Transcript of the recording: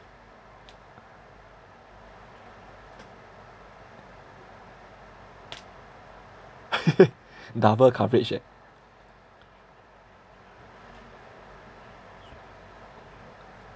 double coverage eh